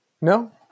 No